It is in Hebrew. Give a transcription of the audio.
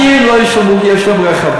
עשירים לא ישלמו כי יש להם רכבים.